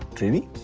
trainee?